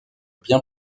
bien